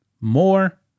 more